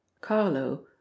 Carlo